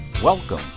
Welcome